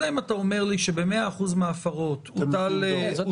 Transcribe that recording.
אלא אם אתה אומר לי שב-100% מההפרות ניתן דוח,